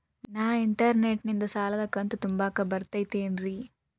ನಾ ಇಂಟರ್ನೆಟ್ ನಿಂದ ಸಾಲದ ಕಂತು ತುಂಬಾಕ್ ಬರತೈತೇನ್ರೇ?